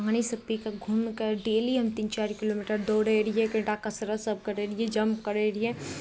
पानिसभ पी कऽ घुमि कऽ डेली हम तीन चारि किलोमीटर दौड़ैत रहियै कनि टा कसरतसभ करैत रहियै जम्प करैत रहियै